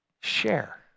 Share